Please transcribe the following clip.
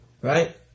right